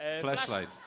Flashlight